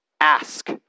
ask